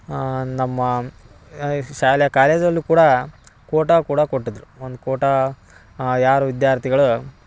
ನಮ್ಮ ಶಾಲೆ ಕಾಲೇಜಲ್ಲು ಕೂಡ ಕೋಟ ಕೂಡ ಕೊಟ್ಟಿದ್ದರು ಒಂದು ಕೋಟಾ ಯಾರು ವಿದ್ಯಾರ್ಥಿಗಳ